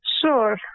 Sure